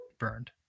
burned